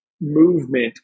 movement